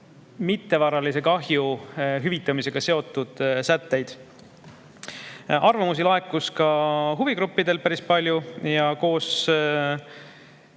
mittevaralise kahju hüvitamisega seotud sätteid. Arvamusi laekus ka huvigruppidelt päris palju. Koos